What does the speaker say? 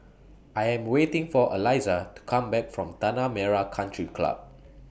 I Am waiting For Elisa to Come Back from Tanah Merah Country Club